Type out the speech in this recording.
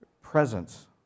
presence